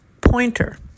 pointer